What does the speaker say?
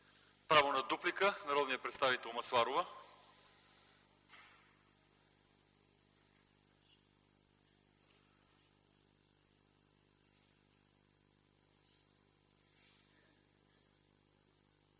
Право на дуплика? Народният представител Масларова.